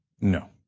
No